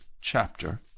chapter